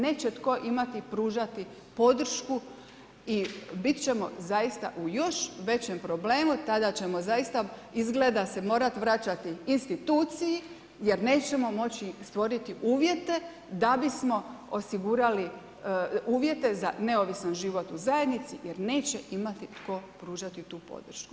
Neće tko imati pružati podršku i biti ćemo zaista u još većem problemu, tada ćemo zaista izgleda se morati vraćati instituciji jer nećemo moći stvoriti uvjete da bismo osigurali uvjete za neovisan život u zajednici jer neće imati tko pružati tu podršku.